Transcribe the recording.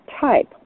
type